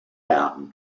fountain